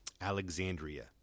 Alexandria